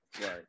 right